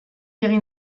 egin